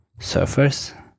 surfers